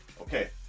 Okay